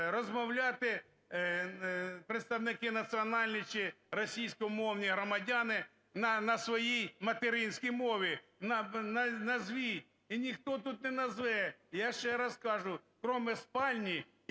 розмовляти, представники національні чи російськомовні громадяни, на своїй материнській мові. Назвіть. І ніхто тут не назве. Я ще раз кажу, кроме спальні